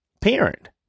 parent